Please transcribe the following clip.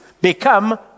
become